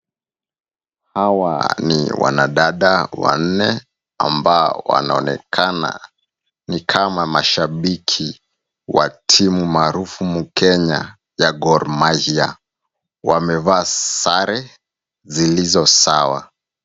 Hawa ni wanadada wanne ambao wanaonekana ni kama mashabiki wa timu maarufu Kenya ya Gor Mahia. Wamevaa sare zilizo sawa.